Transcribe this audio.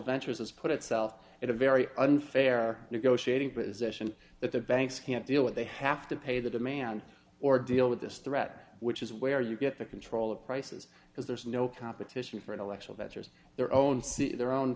ventures has put itself in a very unfair negotiating position that the banks can't deal with they have to pay the demand or deal with this threat which is where you get the control of prices because there's no competition for intellectual ventures their own see their own